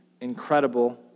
incredible